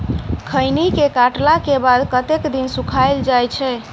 खैनी केँ काटला केँ बाद कतेक दिन सुखाइल जाय छैय?